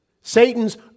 Satan's